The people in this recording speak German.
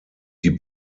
die